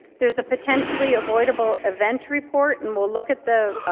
there's a potentially avoidable event report. and we'll look at the